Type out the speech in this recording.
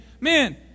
man